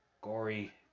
gory